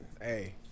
Hey